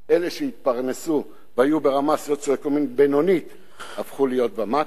אלה שהתפרנסו והיו ברמה סוציו-אקונומית בינונית הפכו להיות ומטה,